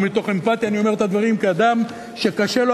ומתוך אמפתיה אני אומר את הדברים כאדם שקשה לו,